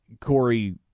Corey